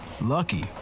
Lucky